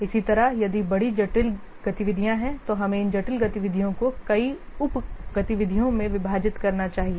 इसी तरह यदि बड़ी जटिल गतिविधियाँ हैं तो हमें इन जटिल गतिविधियों को कई उप गतिविधियों में विभाजित करना चाहिए